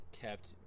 kept